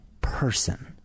person